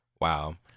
Wow